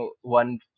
one